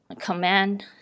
command